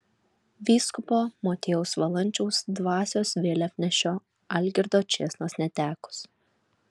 vyskupo motiejaus valančiaus dvasios vėliavnešio algirdo čėsnos netekus